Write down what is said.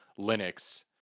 linux